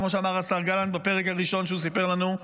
כמו שאמר השר גלנט בפרק הראשון שהוא סיפר לנו,